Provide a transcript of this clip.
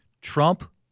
Trump